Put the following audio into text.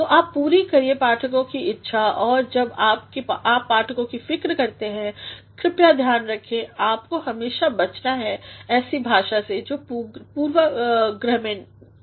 तो आप पूरी करियेपाठकों के इच्छा और जब आप पाठकों की फ़िक्र करते हैं कृपया ध्यान रखें आपको हमेशा बचना है ऐसी भाषा से जो पूर्वाग्रह नहीं